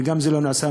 וגם זה לא נעשה.